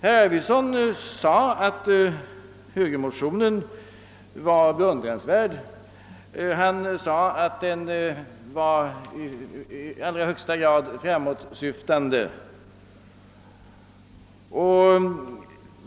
Herr Arvidson sade att högermotionen var beundransvärd och i allra högsta grad framåtsyftande.